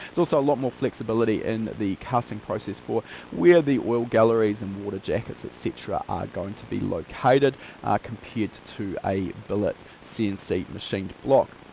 so so a lot more flexibility in the casting process for where the oil galleries and water jackets et cetera are going to be located compared to a billet cnc machined block.